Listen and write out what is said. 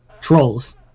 trolls